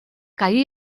caí